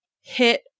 hit